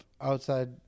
outside